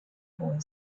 boy